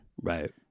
right